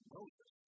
Moses